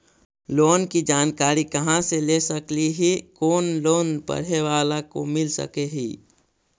Loan की जानकारी कहा से ले सकली ही, कोन लोन पढ़े बाला को मिल सके ही?